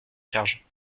charge